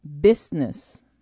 business